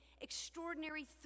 extraordinary